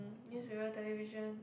newspaper television